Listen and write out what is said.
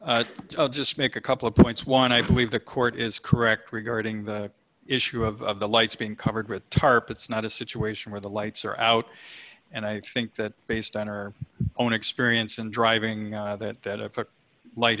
or just make a couple of points one i believe the court is correct regarding the issue of the lights being covered with tarp it's not a situation where the lights are out and i think that based on her own experience in driving that if a light